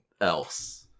else